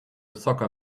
soccer